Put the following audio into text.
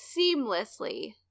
seamlessly